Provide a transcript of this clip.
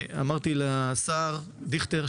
אמרתי לשר דיכטר,